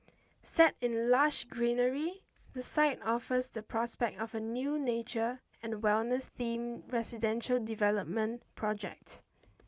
set in lush greenery the site offers the prospect of a new nature and wellness themed residential development project